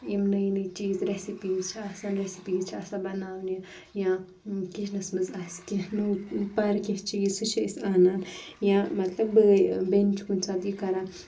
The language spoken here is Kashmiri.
یِم نٔے نٔے چیٖز رؠسِپیٖز چھِ آسان رؠسِپیٖز چھِ آسان بَناوٕنۍ یا کِچنس منٛز آسہِ کینٛہہ نوٚو پَرٕ کینٛہہ چیٖز سُہ چھِ أسۍ اَنان یا مَطلب بٲے بیٚنہِ چھِ کُنہِ ساتہٕ یہِ کَران